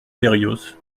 berrios